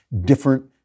different